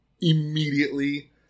immediately